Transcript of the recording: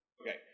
Okay